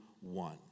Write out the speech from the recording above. one